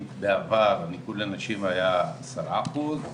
אם בעבר הניקוד לנשים היה עשרה אחוז,